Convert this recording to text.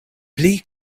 pli